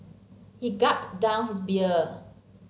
he gulped down his beer